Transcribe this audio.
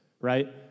right